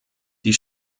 die